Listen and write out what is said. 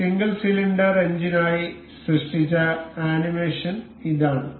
ഈ single cylinder എഞ്ചിനായി സൃഷ്ടിച്ച ആനിമേഷൻ ഇതാണ്